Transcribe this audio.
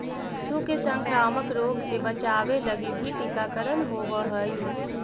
पशु के संक्रामक रोग से बचावे लगी भी टीकाकरण होवऽ हइ